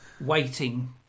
waiting